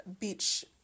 beach